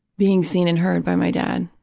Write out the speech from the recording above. being seen and heard by my dad.